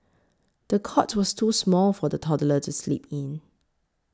the cot was too small for the toddler to sleep in